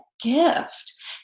gift